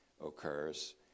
occurs